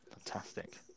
Fantastic